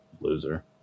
Loser